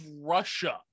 Russia